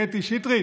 קטי שטרית,